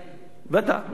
ואתה.